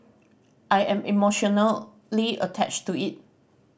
I am emotionally attached to it